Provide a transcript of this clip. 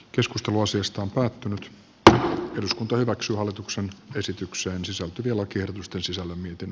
keskustelu asiasta on päättänyt eduskunta hyväksyy hallituksen esitykseen sisältyviä lakiehdotusten sisällä miten